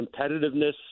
competitiveness